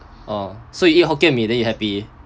oh so you eat hokkien mee then you happy